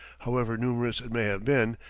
however numerous it may have been,